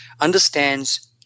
understands